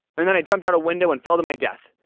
and then i jumped out a window and fell to my death!